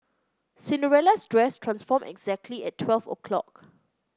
Cinderella's dress transformed exactly at twelve o'clock